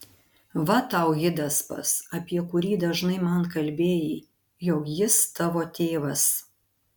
va tau hidaspas apie kurį dažnai man kalbėjai jog jis tavo tėvas